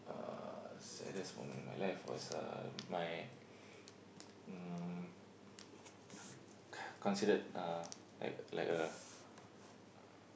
uh saddest moment in my life was uh my um considered uh like like a